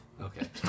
Okay